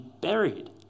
buried